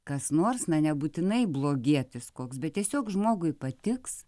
kas nors na nebūtinai blogietis koks bet tiesiog žmogui patiks